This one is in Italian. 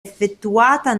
effettuata